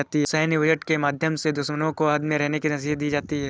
सैन्य बजट के माध्यम से दुश्मनों को हद में रहने की नसीहत दी जाती है